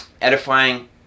edifying